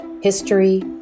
history